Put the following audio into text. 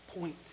point